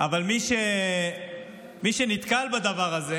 אבל מי שנתקל בדבר הזה